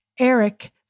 Eric